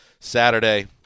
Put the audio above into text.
Saturday